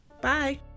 Bye